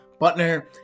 Butner